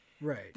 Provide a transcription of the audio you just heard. Right